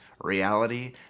reality